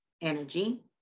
energy